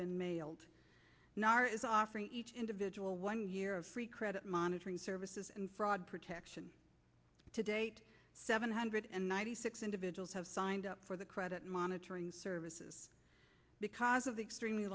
been mailed nar is offering each individual one year of free credit monitoring services and fraud protection today seven hundred and ninety six individuals have signed up for the credit monitoring services because of the extremely